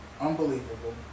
Unbelievable